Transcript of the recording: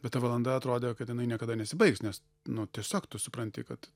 bet ta valanda atrodė kad jinai niekada nesibaigs nes nu tiesiog tu supranti kad